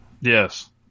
Yes